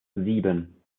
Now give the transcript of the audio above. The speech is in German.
sieben